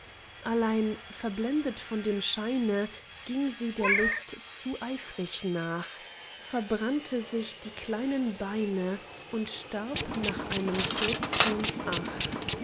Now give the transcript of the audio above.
allein verblendet von dem scheine ging sie der lust zu eifrig nach verbrannte sich die kleinen beine und starb nach einem kurzen ach